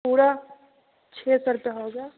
पूरा छ सौ रुपया हो गया